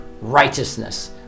righteousness